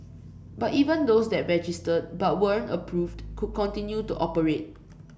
but even those that registered but weren't approved could continue to operate